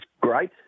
great